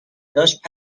داشت